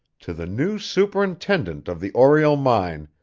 to the new superintendent of the oriel mine,